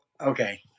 okay